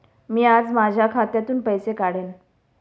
मी आज माझ्या खात्यातून पैसे काढेन